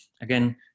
again